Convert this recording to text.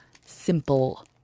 simple